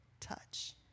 touch